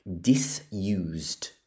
disused